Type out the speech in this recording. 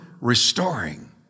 restoring